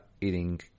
eating